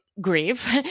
grieve